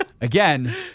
Again